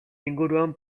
inguruan